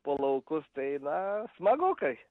po laukus tai na smagu kai